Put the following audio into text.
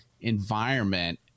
environment